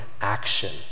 action